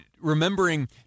Remembering